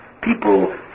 people